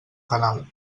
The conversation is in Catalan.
canal